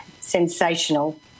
sensational